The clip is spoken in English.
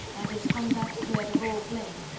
and his conduct cleared of all blame,